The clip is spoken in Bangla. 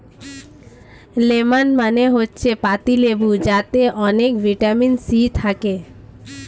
লেমন মানে হচ্ছে পাতিলেবু যাতে অনেক ভিটামিন সি থাকে